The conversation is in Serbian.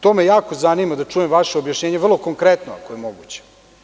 To me jako zanima da čujem vaše objašnjenje, vrlo konkretno ako je moguće.